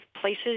places